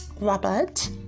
Robert